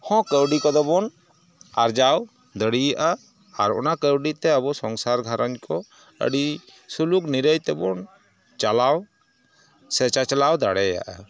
ᱦᱚᱸ ᱠᱟᱹᱣᱰᱤ ᱠᱚᱫᱚᱵᱚᱱ ᱟᱨᱡᱟᱣ ᱫᱟᱲᱮᱭᱟᱜᱼᱟ ᱟᱨ ᱚᱱᱟ ᱠᱟᱹᱣᱰᱤᱛᱮ ᱟᱵᱚ ᱥᱚᱝᱥᱟᱨ ᱜᱷᱟᱨᱚᱸᱡᱽ ᱠᱚ ᱟᱹᱰᱤ ᱥᱩᱞᱩᱠ ᱱᱤᱨᱟᱹᱭ ᱛᱮᱵᱚᱱ ᱪᱟᱞᱟᱣ ᱥᱮ ᱪᱟᱪᱞᱟᱣ ᱫᱟᱲᱮᱭᱟᱜᱼᱟ